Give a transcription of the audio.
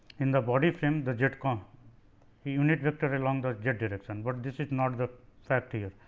in the body frame the z com unit vector along the z direction, but this is not the fact here.